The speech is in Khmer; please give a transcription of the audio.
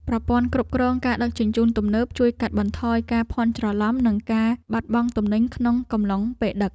ប្រព័ន្ធគ្រប់គ្រងការដឹកជញ្ជូនទំនើប ជួយកាត់បន្ថយការភ័ន្តច្រឡំនិងការបាត់បង់ទំនិញក្នុងកំឡុងពេលដឹក។